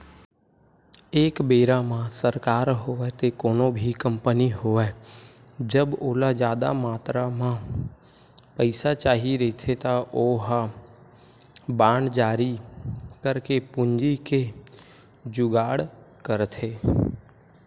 एक बेरा म सरकार होवय ते कोनो भी कंपनी होवय जब ओला जादा मातरा म पइसा चाही रहिथे त ओहा बांड जारी करके पूंजी के जुगाड़ करथे